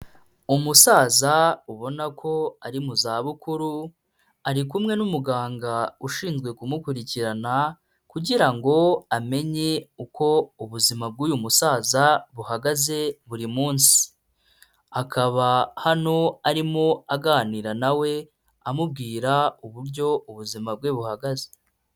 Umusaza ubona ko ari mu zabukuru ari kumwe n'umuganga ushinzwe kumukurikirana kugira ngo amenye uko ubuzima bw'uyu musaza buhagaze buri munsi, akaba hano arimo aganira na we amubwira uburyo ubuzima bwe buhagaze.